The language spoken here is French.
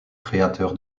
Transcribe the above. créateur